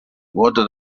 quota